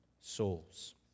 souls